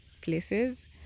places